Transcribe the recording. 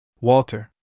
Walter